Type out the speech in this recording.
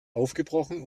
aufgebrochen